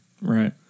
Right